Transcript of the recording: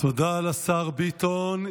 תודה לשר ביטון.